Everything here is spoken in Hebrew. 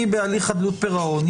אני בהליך חדלות פירעון,